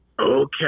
Okay